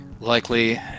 Likely